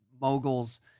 moguls